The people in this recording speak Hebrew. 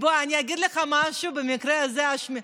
בוא אני אגיד לך משהו, יוליה,